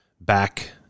back